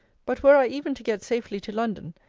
but were i even to get safely to london,